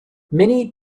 many